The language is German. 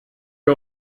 ihr